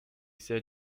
said